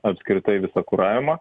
apskritai visą kuravimą